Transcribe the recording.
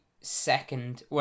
second